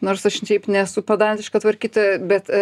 nors aš šiaip nesu padantiška tvarkyta bet